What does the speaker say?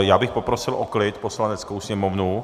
Já bych poprosil o klid Poslaneckou sněmovnu.